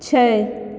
छै